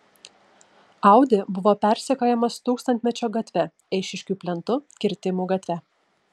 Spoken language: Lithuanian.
audi buvo persekiojamas tūkstantmečio gatve eišiškių plentu kirtimų gatve